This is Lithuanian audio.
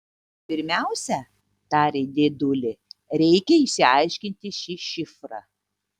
pirmiausia tarė dėdulė reikia išsiaiškinti šį šifrą